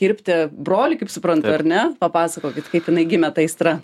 kirpti brolį kaip suprantu ar ne papasakokit kaip jinai gimė ta aistra